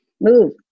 Move